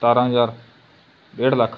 ਸਤਾਰ੍ਹਾਂ ਹਜ਼ਾਰ ਡੇਢ ਲੱਖ